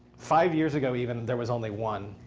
five years ago, even, though there was only one.